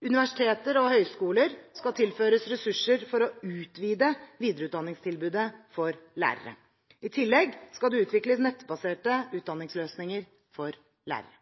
Universiteter og høyskoler skal tilføres ressurser for å utvide videreutdanningstilbudet for lærere. I tillegg skal det utvikles nettbaserte utdanningsløsninger for lærere.